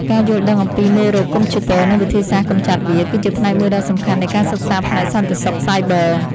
ការយល់ដឹងអំពីមេរោគកុំព្យូទ័រ និងវិធីសាស្ត្រកម្ចាត់វា គឺជាផ្នែកមួយដ៏សំខាន់នៃការសិក្សាផ្នែកសន្តិសុខសាយប័រ។